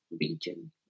region